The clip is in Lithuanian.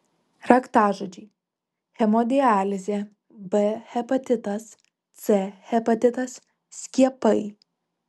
raktažodžiai hemodializė b hepatitas c hepatitas skiepai